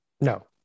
No